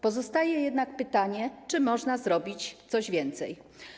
Pozostaje jednak pytanie: Czy można zrobić coś więcej?